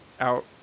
out